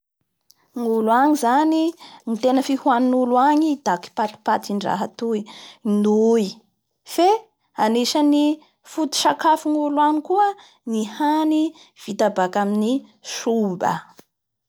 Gnolo any koa zay e, mihina fromage da ohatsy ampiarahaindreo amin'ny mofo dipay ampiarahindreo amin'ny tongolo da aperahindreo avao koa i amin'ny moutarde' a!